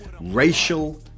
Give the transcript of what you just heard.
racial